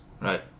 Right